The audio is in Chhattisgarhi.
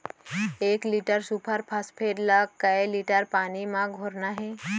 एक लीटर सुपर फास्फेट ला कए लीटर पानी मा घोरना हे?